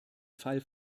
fall